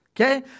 Okay